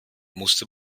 musste